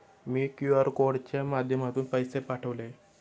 मी QR कोडच्या माध्यमातून पैसे पाठवले